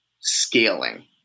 scaling